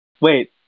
Wait